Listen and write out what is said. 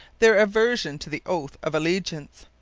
their aversion to the oath of allegiance.